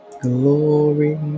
glory